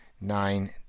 nine